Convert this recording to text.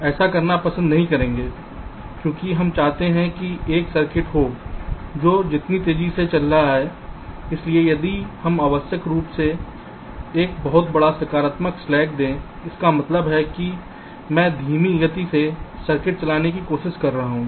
ऐसा करना पसंद नहीं करेंगे क्योंकि हम चाहते हैं कि एक सर्किट हो जो जितनी तेज़ी से चल रहा है इसलिए यदि हम अनावश्यक रूप से एक बहुत बड़ा सकारात्मक स्लैक दे इसका मतलब है की मैं धीमी गति से सर्किट चलाने की कोशिश कर रहा हूं